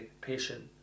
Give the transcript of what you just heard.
patient